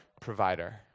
provider